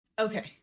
Okay